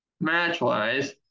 match-wise